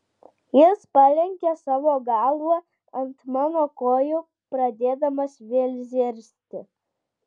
jis palenkė savo galvą ant mano kojų pradėdamas vėl zirzti